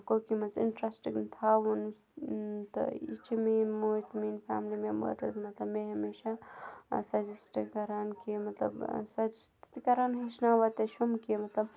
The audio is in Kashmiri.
کُکِنٛگ منٛز اِنٹرٛسٹ تھاوُن تہٕ یہِ چھِ میٛٲنۍ موج میٛٲنۍ فیملی مٮ۪مبٲرٕز مطلب مے ہمیشہ سَجَسٹ کَران کہِ مطلب سَجَسٹ کَران ہیٚچھناوان تہِ چھِم کہِ مطلب